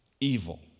Evil